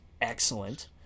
excellent